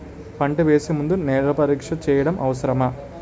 పంట వేసే ముందు నేల పరీక్ష చేయటం అవసరమా?